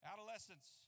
Adolescence